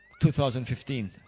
2015